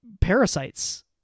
parasites